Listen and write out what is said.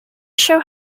show